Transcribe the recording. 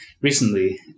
recently